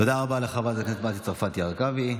תודה רבה לחברת הכנסת מטי צרפתי הרכבי.